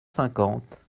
cinquante